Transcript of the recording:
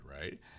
right